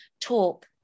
talk